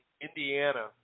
Indiana